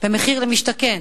במחיר למשתכן.